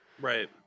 Right